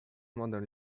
modern